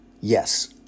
Yes